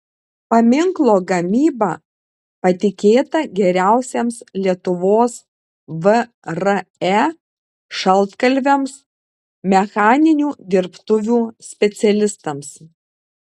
paminklo gamyba patikėta geriausiems lietuvos vre šaltkalviams mechaninių dirbtuvių specialistams